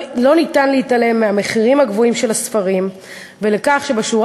לא ניתן להתעלם מהמחירים הגבוהים של הספרים ומכך שבשורה